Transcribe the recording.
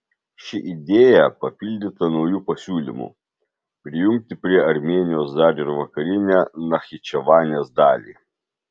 ši idėja papildyta nauju pasiūlymu prijungti prie armėnijos dar ir vakarinę nachičevanės dalį